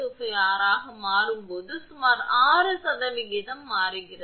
25 R ஆக மாறும்போது about சுமார் 6 சதவிகிதம் மாறுகிறது